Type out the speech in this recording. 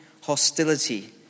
hostility